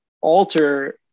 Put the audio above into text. alter